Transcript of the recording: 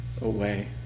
away